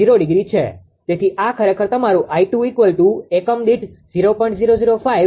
તેથી આ ખરેખર તમારું 𝑖2 એકમ દીઠ 0